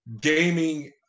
gaming